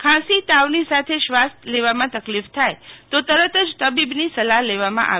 ખાંસી તાવની સાથ શ્વાસ લેવામાં તકલીફ થાય તો તરત જ તબીબની સલાહ લેવામાં આવે